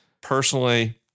Personally